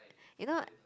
if not